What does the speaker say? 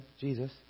Jesus